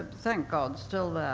thank god, still